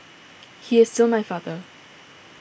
he is still my father